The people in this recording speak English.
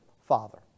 father